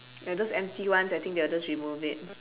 ya those empty ones I think they will just remove it